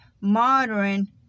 modern